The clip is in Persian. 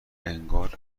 انگار